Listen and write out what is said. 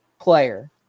player